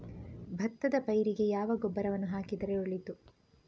ಭತ್ತದ ಪೈರಿಗೆ ಯಾವಾಗ ಗೊಬ್ಬರವನ್ನು ಹಾಕಿದರೆ ಒಳಿತು?